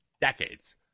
decades